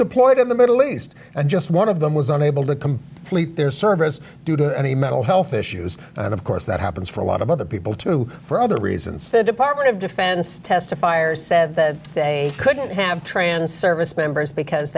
deployed in the middle east and just one of them was unable to complete their service due to any mental health issues and of course that happens for a lot of other people too for other reasons the department of defense testifiers said that they couldn't have trans service members because